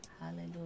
Hallelujah